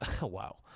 Wow